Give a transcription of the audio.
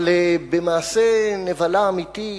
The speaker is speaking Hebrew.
אבל במעשה נבלה אמיתי,